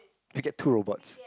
I get two robots